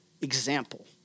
example